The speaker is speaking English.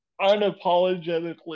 unapologetically